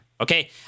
Okay